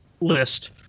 list